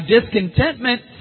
discontentment